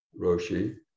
Roshi